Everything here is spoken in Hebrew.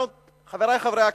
אבל